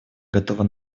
готова